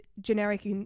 generic